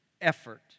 effort